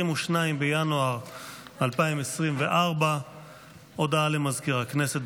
22 בינואר 2024. הודעה למזכיר הכנסת,